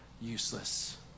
useless